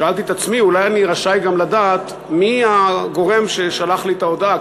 שאלתי את עצמי אולי אני רשאי גם לדעת מי הגורם ששלח לי את ההודעה,